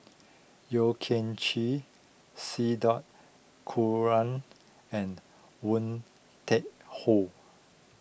Yeo Kian Chye C dot Kunalan and Woon Tai Ho